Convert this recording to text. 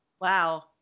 Wow